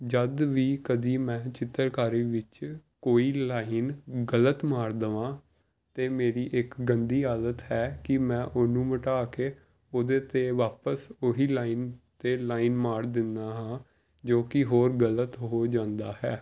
ਜਦ ਵੀ ਕਦੇ ਮੈਂ ਚਿੱਤਰਕਾਰੀ ਵਿੱਚ ਕੋਈ ਲਾਈਨ ਗਲਤ ਮਾਰ ਦੇਵਾਂ ਅਤੇ ਮੇਰੀ ਇੱਕ ਗੰਦੀ ਆਦਤ ਹੈ ਕਿ ਮੈਂ ਉਹਨੂੰ ਮਿਟਾ ਕੇ ਉਹਦੇ 'ਤੇ ਵਾਪਸ ਉਹੀ ਲਾਈਨ 'ਤੇ ਲਾਈਨ ਮਾਰ ਦਿੰਦਾ ਹਾਂ ਜੋ ਕਿ ਹੋਰ ਗਲਤ ਹੋ ਜਾਂਦਾ ਹੈ